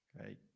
Okay